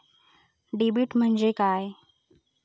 Debit म्हणजे काय?